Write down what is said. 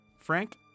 Frank